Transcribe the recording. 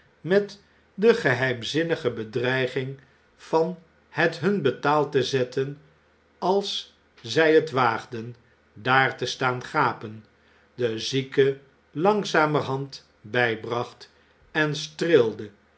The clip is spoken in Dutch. met de geheimzinnige bedreiging van het hun betaald te zetten als zjj het waagden daar te staan gapen de zieke langzamerhand bjjbracht en